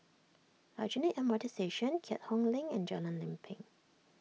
Aljunied M R T Station Keat Hong Link and Jalan Lempeng